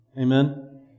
Amen